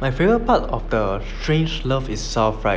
my favourite part of the strangelove itself right